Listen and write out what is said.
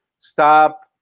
stop